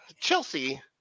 Chelsea